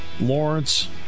Lawrence